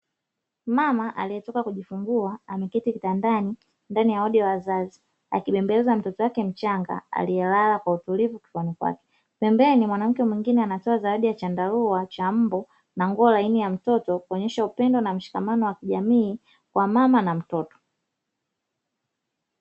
Mama aliyetoka kujifungua ameketi kitandani ndani ya wodi ya wazazi, akibembeleza mtoto wake mchanga aliyelala kwa utulivu kifuani kwake. Pembeni mwanamke mwingine anapewa zawadi ya chandarua cha mbu na nguo laini ya mtoto kuonyesha upendo na mshikamano kijamii kwa mama na mtoto.